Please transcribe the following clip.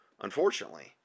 unfortunately